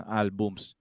albums